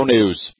News